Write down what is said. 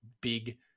big